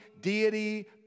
deity